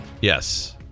Yes